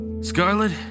Scarlet